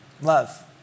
Love